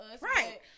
Right